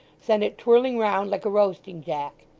sent it twirling round like a roasting jack.